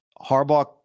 Harbaugh